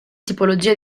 tipologia